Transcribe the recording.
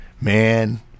man